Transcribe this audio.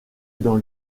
dans